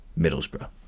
Middlesbrough